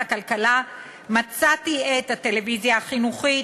הכלכלה מצאתי את הטלוויזיה החינוכית,